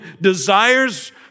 desires